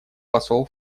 посол